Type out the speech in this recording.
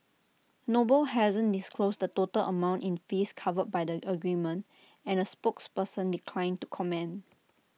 noble hasn't disclosed the total amount in fees covered by the agreement and A spokesperson declined to comment